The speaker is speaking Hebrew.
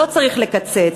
לא צריך לקצץ,